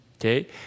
Okay